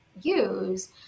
use